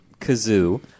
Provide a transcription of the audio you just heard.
Kazoo